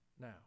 now